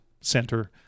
center